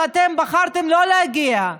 שאתם בחרתם לא להגיע,